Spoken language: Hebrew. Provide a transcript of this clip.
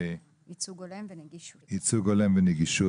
ייצוג הולם ונגישות?